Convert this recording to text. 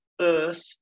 Earth